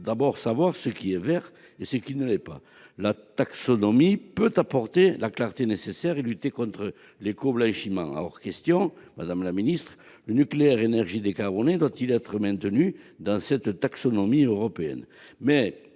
d'abord savoir ce qui est « vert » et ce qui ne l'est pas. La taxonomie peut, en apportant la clarté nécessaire, permettre de lutter contre l'éco-blanchiment. Madame la ministre, le nucléaire, énergie décarbonée, doit-il être maintenu dans la taxonomie européenne ?